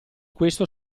questo